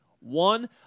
One